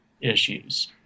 issues